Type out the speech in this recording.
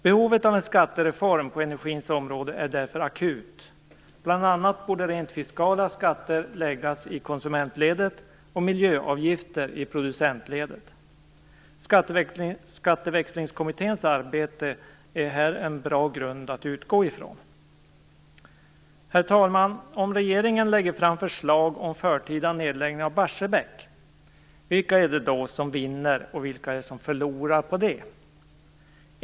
Behovet av en skattereform på energins område är därför akut. Bl.a. borde rent fiskala skatter läggas i konsumentledet och miljöavgifter i producentledet. Skatteväxlingskommitténs arbete är här en bra grund att utgå från. Herr talman! Om regeringen lägger fram förslag om förtida nedläggning av Barsebäck, vilka är det då som vinner och vilka är det som förlorar på det?